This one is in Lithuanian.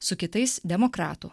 su kitais demokratų